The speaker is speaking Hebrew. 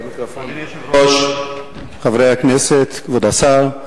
היושב-ראש, חברי הכנסת, כבוד השר,